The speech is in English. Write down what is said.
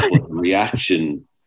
reaction